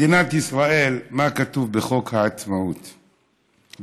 מדינת ישראל, מה כתוב בחוק העצמאות שלה,